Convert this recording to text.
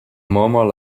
murmur